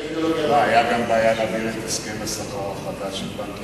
היתה בעיה להעביר את הסכם השכר החדש של בנק ישראל.